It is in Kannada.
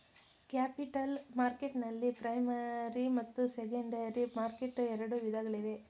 ಕ್ಯಾಪಿಟಲ್ ಮಾರ್ಕೆಟ್ನಲ್ಲಿ ಪ್ರೈಮರಿ ಮತ್ತು ಸೆಕೆಂಡರಿ ಮಾರ್ಕೆಟ್ ಎರಡು ವಿಧಗಳಿವೆ